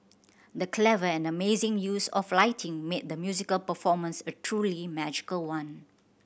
the clever and amazing use of lighting made the musical performance a truly magical one